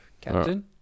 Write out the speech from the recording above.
Captain